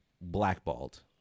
blackballed